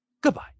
Goodbye